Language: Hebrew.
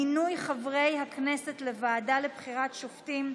מינוי חברי הכנסת לוועדה לבחירת שופטים),